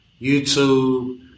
YouTube